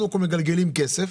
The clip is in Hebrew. קודם כל מגלגלים כסף,